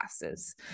classes